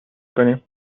کنیم